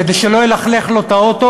כדי שלא ילכלך לו את האוטו,